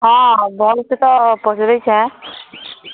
ହଁ ଭଲ୍ ସେ ତ ପଚ୍ରେଇ ଛେଁ